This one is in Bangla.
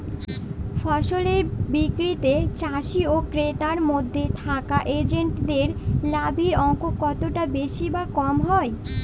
ফসলের বিক্রিতে চাষী ও ক্রেতার মধ্যে থাকা এজেন্টদের লাভের অঙ্ক কতটা বেশি বা কম হয়?